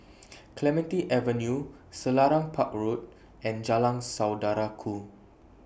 Clementi Avenue Selarang Park Road and Jalan Saudara Ku